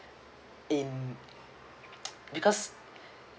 in because